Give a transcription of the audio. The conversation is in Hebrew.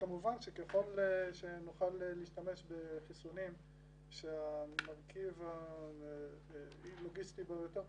כמובן שככל שנוכל להשתמש בחיסונים שהמרכיב הלוגיסטי בו הוא יותר פשוט,